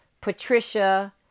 Patricia